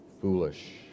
foolish